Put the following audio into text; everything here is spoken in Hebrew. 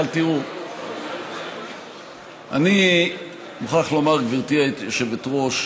אבל תראו, אני מוכרח לומר, גברתי היושבת-ראש,